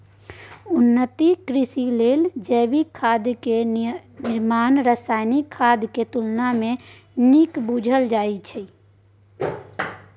उन्नत कृषि लेल जैविक खाद के निर्माण रासायनिक खाद के तुलना में नीक बुझल जाइ छइ